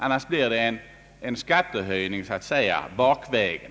Annars blir det en skattehöjning så att säga bakvägen.